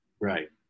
Right